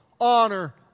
honor